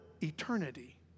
eternity